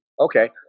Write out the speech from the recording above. Okay